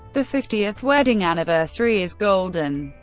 the fiftieth wedding anniversary is golden.